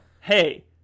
hey